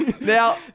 Now